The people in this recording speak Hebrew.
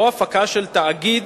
או הפקה של תאגיד